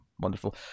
wonderful